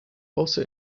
also